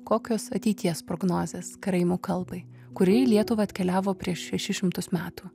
kokios ateities prognozes karaimų kalbai kuri į lietuvą atkeliavo prieš šešis šimtus metų